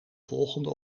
volgende